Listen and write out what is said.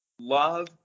love